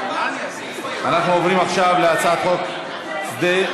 אנחנו עוברים עכשיו להצעת חוק שדה